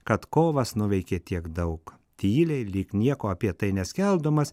kad kovas nuveikė tiek daug tyliai lyg nieko apie tai neskelbdamas